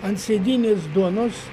ant sėdynės duonos